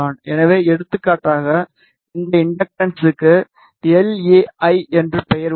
எனவே எடுத்துக்காட்டாக இந்த இண்டக்டன்ஸ்க்கு எல் எ ஐ என்ற பெயர் உள்ளது